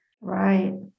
Right